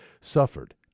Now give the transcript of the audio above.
suffered